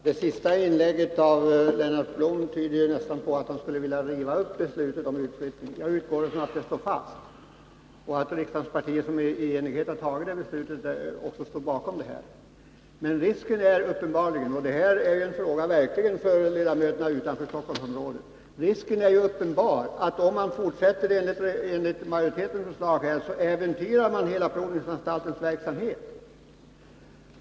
Herr talman! Det senaste inlägget av Lennart Blom tyder nästan på att han skulle vilja riva upp beslutet om flyttning. Jag utgår från att det står fast och att de riksdagspartier som i enighet har fattat beslutet också står bakom det. Men risken är ju uppenbar — och det här är verkligen en fråga för ledamöterna utanför Stockholmsområdet — för att om man fortsätter enligt majoritetens förslag äventyrar man hela provningsanstaltens verksamhet.